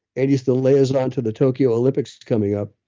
and he's the liaison to the tokyo olympics coming up.